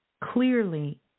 Clearly